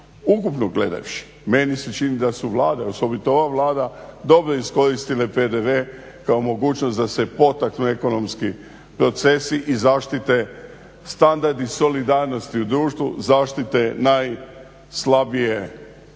Ukupno gledavši, meni se čini da su vlade, osobito ova Vlada dobro iskoristile PDV kao mogućnost da se potaknu ekonomski procesi i zaštite standard i solidarnosti u društvu, zaštite najslabije plaćene